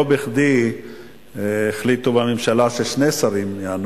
לא בכדי החליטו בממשלה ששני שרים יענו,